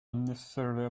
unnecessarily